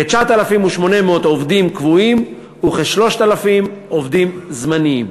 כ-9,800 עובדים קבועים וכ-3,000 עובדים זמניים.